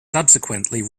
subsequently